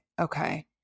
Okay